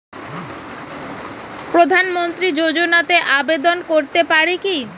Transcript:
প্রধানমন্ত্রী যোজনাতে আবেদন করতে পারি কি?